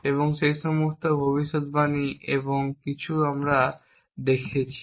এবং সেই সমস্ত ভবিষ্যদ্বাণী এবং কিছু কাজ আমরা দেখেছি